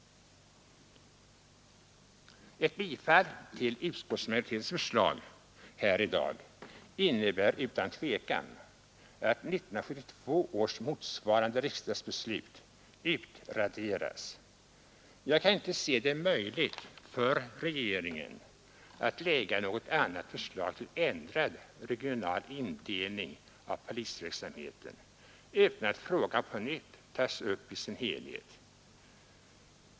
Ett bifall till utskottsmajoritetens förslag här i dag innebär utan tvivel att 1972 års motsvarande riksdagsbeslut utraderas. Jag kan inte se det möjligt för regeringen att lägga något annat förslag till ändrad regional indelning av polisverksamheten utan att frågan på nytt tas upp i sin helhet.